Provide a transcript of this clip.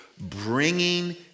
bringing